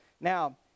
Now